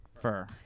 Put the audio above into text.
fur